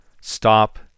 stop